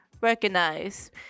recognize